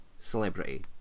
celebrity